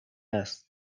است